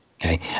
okay